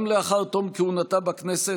גם לאחר תום כהונתה בכנסת,